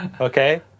okay